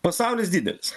pasaulis didelis